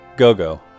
Go-Go